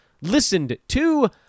listened-to